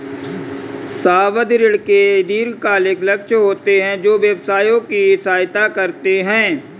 सावधि ऋण के दीर्घकालिक लक्ष्य होते हैं जो व्यवसायों की सहायता करते हैं